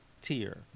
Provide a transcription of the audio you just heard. tier